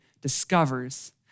discovers